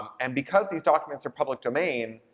and because these documents are public domain,